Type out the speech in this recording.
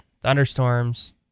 Thunderstorms